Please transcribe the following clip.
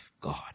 God